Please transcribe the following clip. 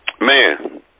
Man